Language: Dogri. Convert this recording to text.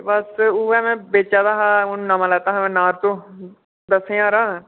बस उ'ऐ मैं बेचा दा हा हून नमां लैता हा मैं नाज़रो दस ज्हार दा